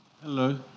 Hello